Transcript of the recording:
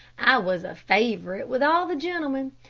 i was a favorite with all the gentlemen.